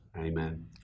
Amen